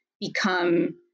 become